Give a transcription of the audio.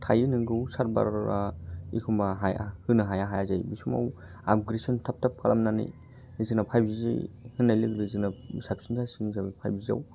थायो नोंगौ सारभारा एखमब्ला हाया होनो हाया हाया जायो बे समाव आपग्रेडेसन थाब थाब खालामनानै जोंना फाइभ जि होननाय लोगो लोगो जोंना साबसिन जासिगोन जोंना फाइभजिआव